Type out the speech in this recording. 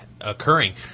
occurring